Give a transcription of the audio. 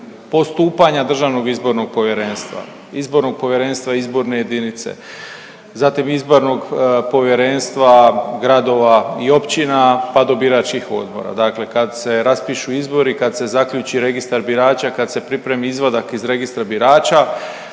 postupanja Državnog izbornog povjerenstva, Izbornog povjerenstva izborne jedinice, zatim izbornog povjerenstva gradova i općina pa do biračkih odbora. Dakle, kad se raspišu izbori, kad se zaključi registar birača, kad se pripremi izvadak iz registra birača